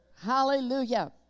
Hallelujah